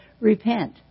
repent